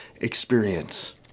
experience